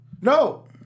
No